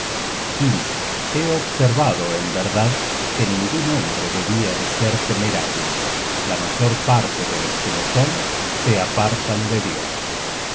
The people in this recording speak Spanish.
ambos he observado en verdad que ningun hombre debia de ser temerario la mayor parte de los que lo son se apartan de dios